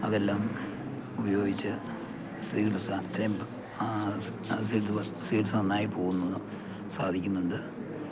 അതെല്ലാം ഉപയോഗിച്ചു ചികിൽസ അത്രയും ചികിൽസ നന്നായി പോകുന്നത് സാധിക്കുന്നുണ്ട്